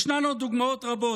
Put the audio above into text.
ישנן עוד דוגמאות רבות,